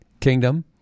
Kingdom